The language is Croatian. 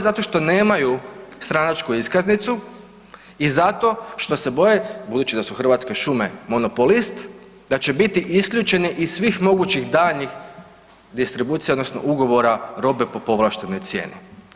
Zato što nemaju stranačku iskaznicu i zato što se boje, budući da su Hrvatske šume monopolist, da će biti isključeni iz svih mogućih daljnjih distribucija odnosno ugovora robe po povlaštenoj cijeni.